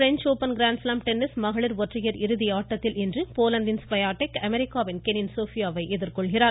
French open grand slam tennis மகளிர் ஒற்றையர் இறுதி ஆட்டத்தில் இன்று போலந்தின் ஸ்வயாடெக் அமெரிக்காவின் கெனின் சோபியாவை எதிர்கொள்கிறார்